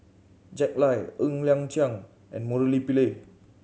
Jack Lai Ng Liang Chiang and Murali Pillai